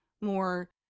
more